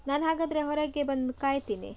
ನಾನು ಹಾಗಾದರೆ ಹೊರಗೆ ಬಂದು ಕಾಯ್ತೀನಿ